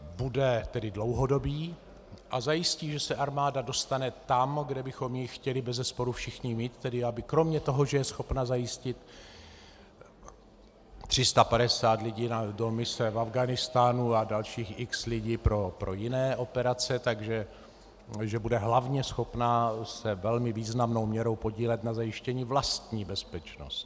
Bude tedy dlouhodobý a zajistí, že se armáda dostane tam, kde bychom ji chtěli bezesporu všichni mít, tedy aby kromě toho, že je schopna zajistit 350 lidí do mise v Afghánistánu a dalších x lidí pro jiné operace, tak že bude hlavně schopná se velmi významnou měrou podílet na zajištění vlastní bezpečnosti.